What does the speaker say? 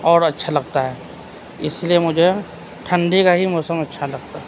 اور اچّھا لگتا ہے اسی لیے مجھے ٹھنڈی کا ہی موسم اچھا لگتا ہے